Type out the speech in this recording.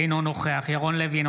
אינו נוכח ירון לוי,